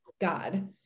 God